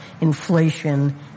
Inflation